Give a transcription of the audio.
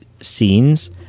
scenes